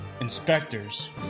Inspectors